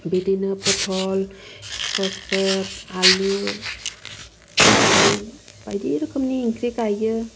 बिदिनो पथल स्क्वासफोर आलु बिदिनो बायदि रोखोमनि ओंख्रि गायो